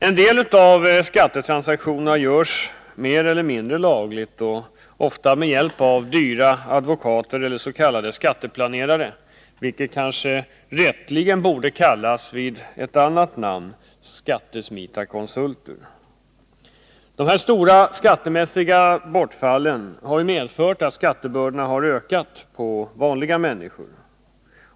En del av skattetransaktionerna görs mer eller mindre lagligt och ofta med hjälp av dyra advokater eller s.k. skatteplanerare — vilka kanske rätteligen borde kallas vid ett annat namn: skattesmitarkonsulter. Det här stora skattemässiga bortfallet har medfört att skattebördorna på vanliga människor ökat.